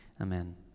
Amen